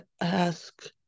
ask